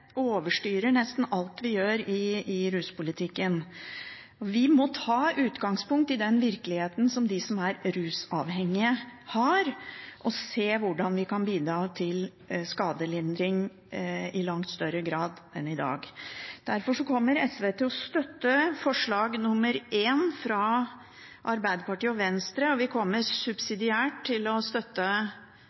overstyrer nesten alt vi gjør i ruspolitikken. Vi må ta utgangspunkt i den virkeligheten som de som er rusavhengige, har, og se hvordan vi kan bidra til skadelindring i langt større grad enn i dag. Derfor kommer SV til å støtte forslag nr. 1, fra Arbeiderpartiet og Venstre, og vi kommer subsidiært til å støtte